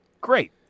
Great